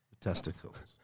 Testicles